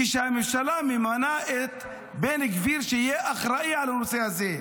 כשהממשלה ממנה את בן גביר שיהיה אחראי לנושא הזה,